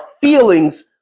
feelings